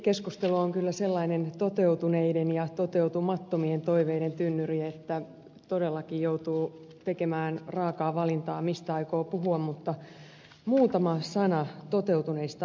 budjettikeskustelu on kyllä sellainen toteutuneiden ja toteutumattomien toiveiden tynnyri että todellakin joutuu tekemään raakaa valintaa mistä aikoo puhua mutta muutama sana toteutuneista asioista